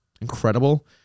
incredible